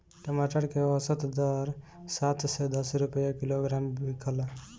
टमाटर के औसत दर सात से दस रुपया किलोग्राम बिकला?